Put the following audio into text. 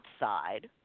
outside